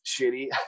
shitty